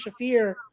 Shafir